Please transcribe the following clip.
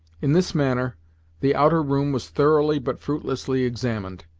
in this manner the outer room was thoroughly but fruitlessly examined,